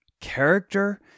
character